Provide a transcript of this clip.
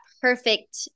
perfect